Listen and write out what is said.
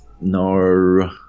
No